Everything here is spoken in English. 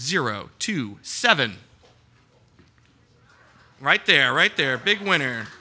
zero two seven right there right there big winner